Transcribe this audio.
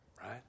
right